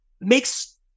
makes